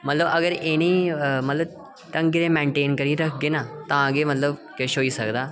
मतलब अगर इनेंगी मतलब ढंगै दे मैंटेन करियै रखगे ना तां गै किश होई सकदा